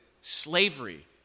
slavery